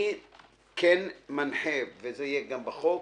אני כן מנחה וזה יהיה גם בתקנות,